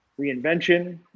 reinvention